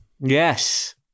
Yes